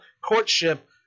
courtship